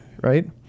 right